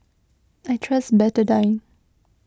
I trust Betadine